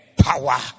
power